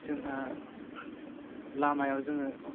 जोंहा लामायाव जोङो